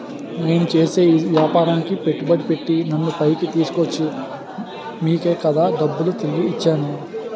నేను చేసే ఈ వ్యాపారానికి పెట్టుబడి పెట్టి నన్ను పైకి తీసుకొచ్చిన మీకే కదా డబ్బులు తిరిగి ఇచ్చేను